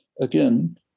Again